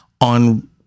on